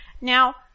Now